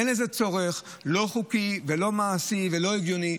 אין לזה צורך חוקי ולא צורך מעשי ולא הגיוני,